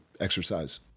exercise